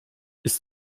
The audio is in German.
ist